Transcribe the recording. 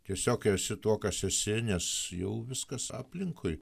tiesiog esi tuo kas esi nes jau viskas aplinkui